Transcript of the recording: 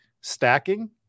Stacking